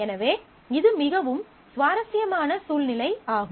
எனவே இது மிகவும் சுவாரஸ்யமான சூழ்நிலை ஆகும்